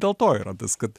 dėl to yra tas kad